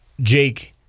Jake